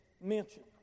mention